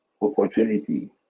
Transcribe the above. opportunity